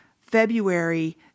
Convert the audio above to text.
February